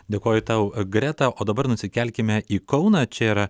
dėkoju tau greta o dabar nusikelkime į kauną čia yra